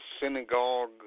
synagogue